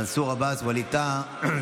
מנסור עבאס ווליד טאהא.